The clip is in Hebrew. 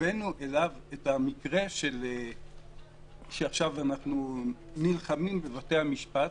הבאנו אליו את המקרה שעכשיו אנחנו נלחמים בבית המשפט